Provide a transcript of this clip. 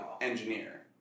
engineer